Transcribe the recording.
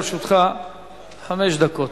לרשותך חמש דקות.